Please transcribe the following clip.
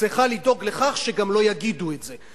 צריכה לדאוג לכך שגם לא יגידו את זה,